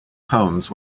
poems